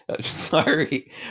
Sorry